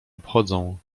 obchodzą